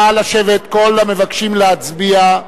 כל המבקשים להצביע,